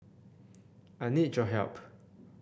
I need your help